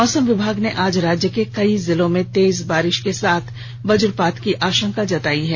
मौसम विभाग ने आज राज्य के कई जिलों में तेज बारिश के साथ वज्रपात की आशंका जतायी है